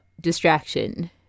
distraction